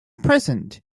present